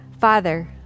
Father